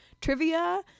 trivia